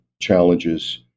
challenges